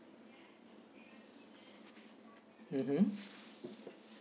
mmhmm